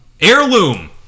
Heirloom